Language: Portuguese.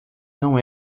não